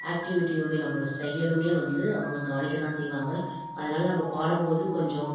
ஆக்ட்டிவிட்டியுமே நம்மளோட செயலுமே வந்து அவங்க கவனிக்க தான் செய்வாங்க அதனால் நம்ம பாடும் போது கொஞ்சம்